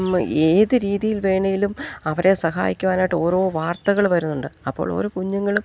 ഏതു രീതിയിൽ വേണമെങ്കിലും അവരെ സഹായിക്കുവാനായിട്ട് ഓരോ വാർത്തകൾ വരുന്നുണ്ട് അപ്പോൾ ഓരോ കുഞ്ഞുങ്ങളും